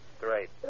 Great